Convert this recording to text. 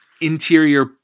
interior